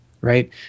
right